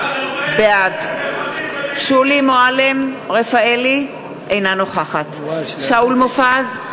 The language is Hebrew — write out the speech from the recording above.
בעד שולי מועלם-רפאלי, אינה נוכחת שאול מופז,